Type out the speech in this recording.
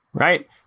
Right